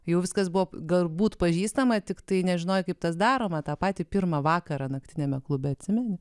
jau viskas buvo galbūt pažįstama tiktai nežinojau kaip tas daroma tą patį pirmą vakarą naktiniame klube atsimeni